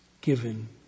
given